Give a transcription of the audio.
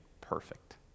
perfect